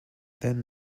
then